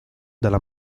dalla